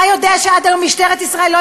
אתה יודע שעד היום משטרת ישראל לא